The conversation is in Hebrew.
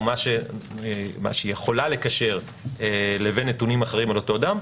מה שהוא יכול לקשר לבין נתונים אחרים על אותו אדם,